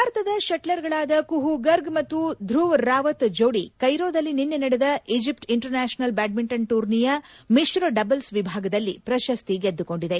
ಭಾರತದ ಷಟ್ಲರ್ಗಳಾದ ಕುಹೂ ಗಾರ್ಗ್ ಮತ್ತು ಧ್ರುವ್ ರಾವತ್ ಜೋಡಿ ಕೈರೊದಲ್ಲಿ ನಿನ್ನೆ ನಡೆದ ಈಜಿಪ್ಟ್ ಇಂಟರ್ ನ್ಯಾಷನಲ್ ಬ್ಯಾಡ್ಮಿಂಟನ್ ಟೂರ್ನಿಯ ಮಿಶ್ರ ಡಬಲ್ಪ್ ವಿಭಾಗದಲ್ಲಿ ಪ್ರಶಸ್ತಿ ಗೆದ್ದುಕೊಂಡಿದೆ